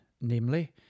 namely